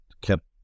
kept